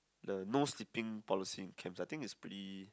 the nose sipping policy in camp I think it's pretty